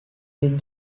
les